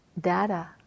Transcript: data